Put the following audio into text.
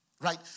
right